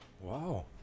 Wow